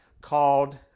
called